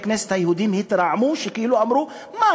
הכנסת היהודים התרעמו וכאילו אמרו: מה,